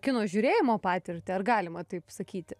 kino žiūrėjimo patirtį ar galima taip sakyti